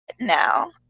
now